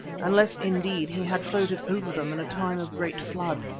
unless, indeed, he had floated over them in a time of great flood.